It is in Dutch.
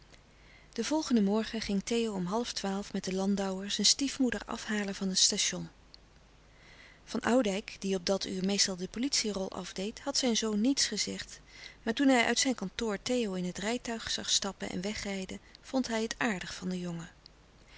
den volgenden morgen ging theo om half twaalf met den landauer zijn stiefmoeder afhalen van het station van oudijck die op dat uur meestal de politie rol afdeed had zijn zoon niets gezegd maar toen hij uit zijn kantoor theo in het rijtuig zag stappen en wegrijden vond hij het aardig van den jongen